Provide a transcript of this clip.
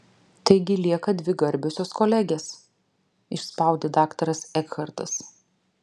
taigi lieka dvi garbiosios kolegės išspaudė daktaras ekhartas